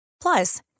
Plus